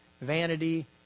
vanity